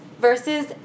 versus